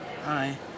hi